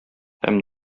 һәм